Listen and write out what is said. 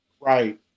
Right